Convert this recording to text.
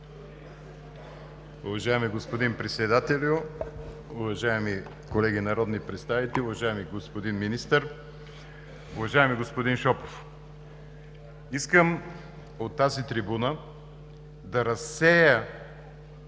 Уважаеми господин Председателю, уважаеми колеги народни представители, уважаеми господин Министър, уважаеми господин Шопов! Искам от тази трибуна да разсея